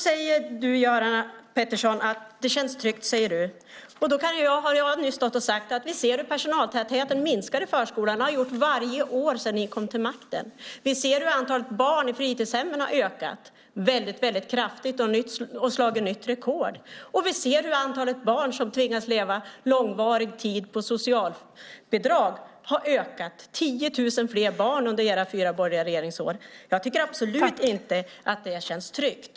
Men Göran Pettersson säger att det känns tryggt. Vi ser hur personaltätheten minskar i förskolan. Det har den gjort varje år sedan ni kom till makten. Vi ser hur antalet barn i fritidshemmen har ökat kraftigt och slagit nytt rekord. Vi ser hur antalet barn som tvingas leva lång tid på socialbidrag har ökat; det har blivit 10 000 fler barn under era fyra borgerliga regeringsår. Jag tycker absolut inte att det känns tryggt.